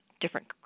different